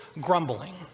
grumbling